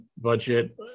budget